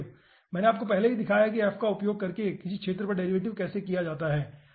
मैंने आपको पहले ही दिखाया है कि f का उपयोग करके किसी क्षेत्र पर डेरिवेटिव कैसे किया जाता है